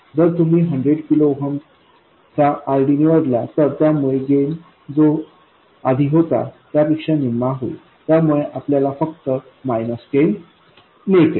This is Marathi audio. जर तुम्ही 100 किलो ओहम चा RDनिवडला तर त्यामुळे गेन आधी जो होता त्यापेक्षा निम्मा होईल त्यामुळे आपल्याला फक्त 10 मिळते